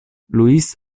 luis